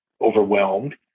overwhelmed